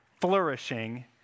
flourishing